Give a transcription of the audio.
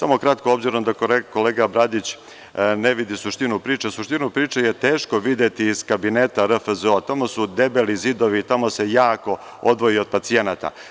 Samo kratko, obzirom da kolega Bradić ne vidi suštinu priče, a suštinu priče je teško videti iz kabineta RFZO, tamo su debeli zidovi, tamo se jako odvoji od pacijenata.